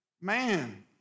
Man